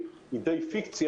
אני לא דובר של אף אחד.